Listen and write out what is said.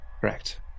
correct